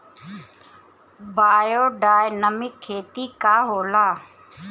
Biodynamic खेती का होला?